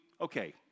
okay